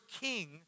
king